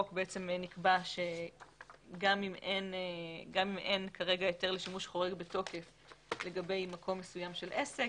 נקבע שגם אם אין כרגע היתר לשימוש חורג בתוקף לגבי מקום מסוים של עסק,